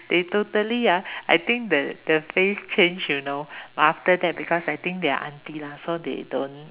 they totally ah I think the the face change you know but after that because I think they're auntie lah so they don't